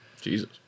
Jesus